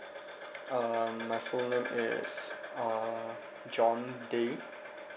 um my full name uh john day